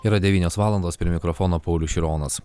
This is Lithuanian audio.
yra devynios valandos prie mikrofono paulius šironas